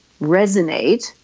resonate